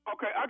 Okay